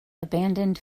abandoned